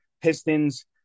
Pistons